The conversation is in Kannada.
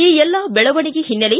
ಈ ಎಲ್ಲಾ ದೆಳವಣಿಗೆ ಹಿನ್ನೆಲೆ